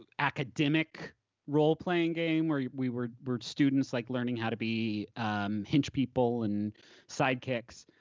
um academic role-playing game where we we're we're students like learning how to be hinge people and sidekicks,